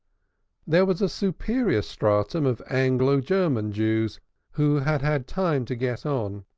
there was a superior stratum of anglo-german jews who had had time to get on,